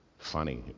Funny